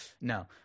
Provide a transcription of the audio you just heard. No